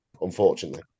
unfortunately